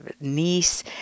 niece